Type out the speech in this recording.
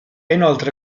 inoltre